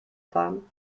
fahren